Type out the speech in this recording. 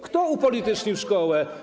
Kto upolitycznił szkołę?